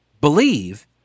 believe